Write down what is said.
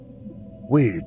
Wait